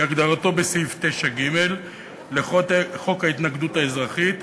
כהגדרתו בסעיף 9ג לחוק ההתגוננות האזרחית,